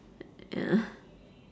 ya